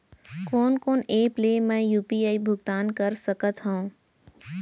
कोन कोन एप ले मैं यू.पी.आई भुगतान कर सकत हओं?